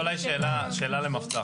זו שאלה למפצ"ר.